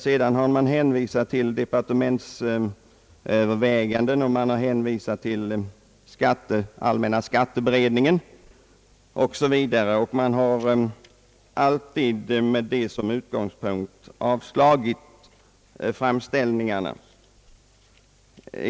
Sedan har det hänvisats till departementsöverväganden, till allmänna skatteberedningen osv. Med dessa hänvisningar har riksdagen alltid avslagit framställningarna.